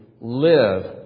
live